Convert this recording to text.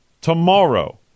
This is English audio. tomorrow